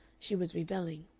she was rebelling.